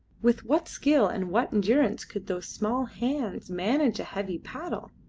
with what skill and what endurance could those small hands manage a heavy paddle!